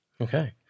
Okay